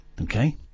Okay